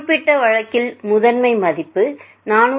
குறிப்பிட்ட வழக்கில் முதன்மை மதிப்பு 464